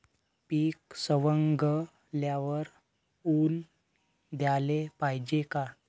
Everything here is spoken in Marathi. पीक सवंगल्यावर ऊन द्याले पायजे का?